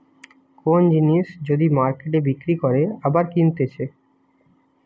কোন জিনিস যদি মার্কেটে বিক্রি করে আবার কিনতেছে